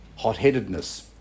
hotheadedness